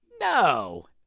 No